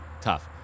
tough